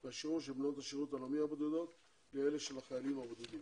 של בנות השירות הלאומי הבודדות לאלה של החיילים הבודדים.